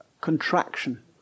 contraction